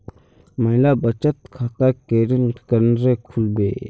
महिला बचत खाता केरीन करें खुलबे